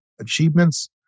achievements